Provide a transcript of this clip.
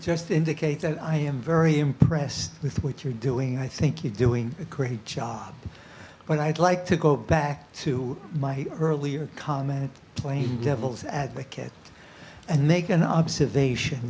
just indicate that i am very impressed with what you're doing i think you're doing a great job but i'd like to go back to my earlier comment playing devil's advocate and make an observation